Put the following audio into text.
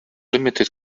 limited